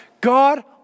God